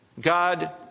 God